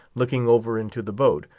looking over into the boat,